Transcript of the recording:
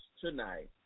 tonight